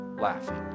laughing